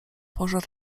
pożar